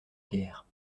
guerre